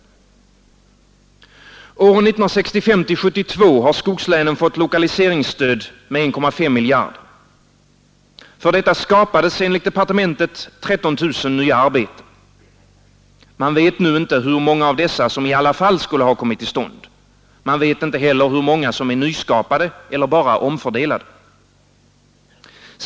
Åren 1965—1972 har skogslänen fått lokaliseringsstöd med 1,5 miljarder. För detta skapades enligt departementet 13 000 nya arbeten. Man vet nu inte hur många av dessa som i alla fall skulle ha kommit till stånd, man vet inte heller hur många som är nyskapade eller bara omfördelade.